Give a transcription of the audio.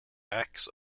acts